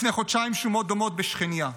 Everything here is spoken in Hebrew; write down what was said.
לפני חודשיים שומות דומות בשכניה.